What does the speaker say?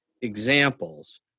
examples